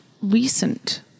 recent